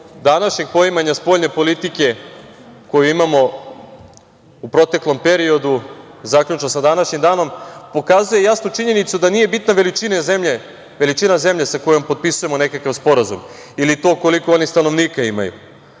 današnjeg poimanja spoljne politike koju imamo u proteklom periodu zaključno sa današnjim danom, pokazuje jasnu činjenicu da nije bitna veličina zemlje sa kojom potpisujem nekakav sporazum ili to koliko oni stanovnika imaju,